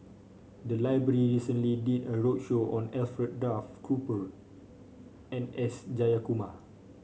the library recently did a roadshow on Alfred Duff Cooper and S Jayakumar